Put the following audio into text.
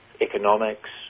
economics